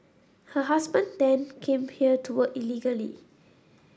her husband then came here to work illegally